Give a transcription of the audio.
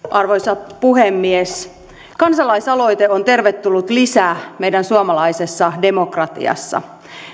arvoisa puhemies kansalaisaloite on tervetullut lisä meidän suomalaisessa demokratiassa